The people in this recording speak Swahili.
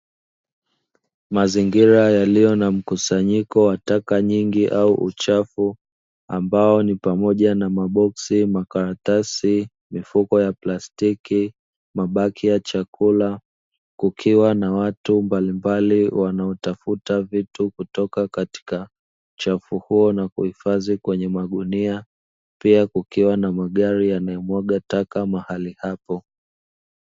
Mazingira yaliyo na mkusanyiko wa taka nyingi au uchafu ambao ni pamoja na; maboksi, makaratasi, mifuko ya plastiki, mabaki ya chakula. Kukiwa na watu mbalimbali wanaotafuta vitu kutoka katika uchafu huo na kuhifadhi kwenye magunia. Pia kukiwa na magari yanayomwaga taka mahali hapo.